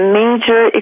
major